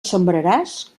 sembraràs